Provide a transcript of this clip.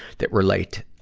that relate, ah,